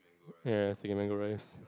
ya sticky mango rice